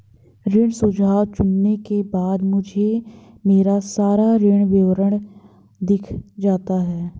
ऋण सुझाव चुनने के बाद मुझे मेरा सारा ऋण विवरण दिख जाता है